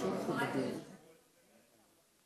הוא אצלכם?